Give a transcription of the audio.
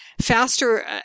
faster